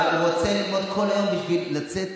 אבל הוא רוצה ללמוד כל היום בשביל לצאת